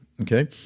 Okay